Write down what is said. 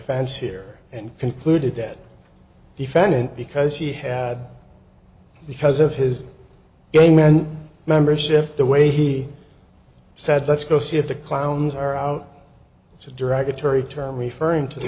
offense here and concluded that defendant because he had because of his game and membership the way he said let's go see if the clowns are out it's a derogatory term referring to th